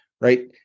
right